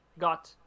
got